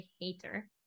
hater